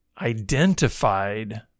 identified